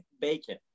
bacon